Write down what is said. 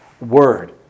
word